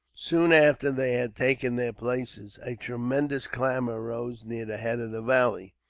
soon after they had taken their places, a tremendous clamour arose near the head of the valley.